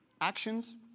actions